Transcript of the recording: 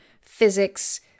physics